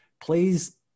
please